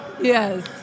Yes